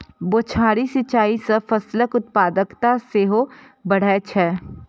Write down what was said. बौछारी सिंचाइ सं फसलक उत्पादकता सेहो बढ़ै छै